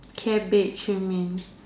cabbage you mean